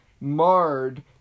marred